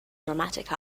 dramatic